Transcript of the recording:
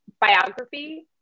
biography